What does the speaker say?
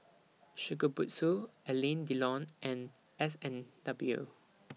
Shokubutsu Alain Delon and S and W